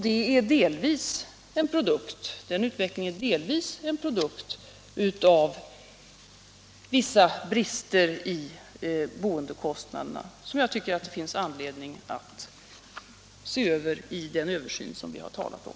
Det är delvis en produkt av vissa brister som jag tycker det finns anledning att se närmare på i den översyn vi har talat om.